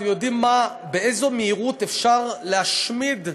אתם יודעים באיזו מהירות אפשר להשמיד,